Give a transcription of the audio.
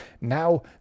now